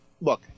Look